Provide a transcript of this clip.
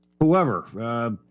whoever